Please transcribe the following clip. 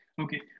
Okay